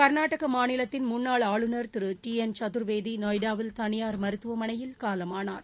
கர்நாடக மாநிலத்தின் முன்னாள் ஆளுநர் டி என் சதர்வேதி நொய்டாவில் தனியார் மருத்துவமனையில் காலமானார்